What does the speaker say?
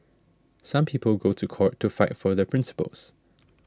some people go to court to fight for their principles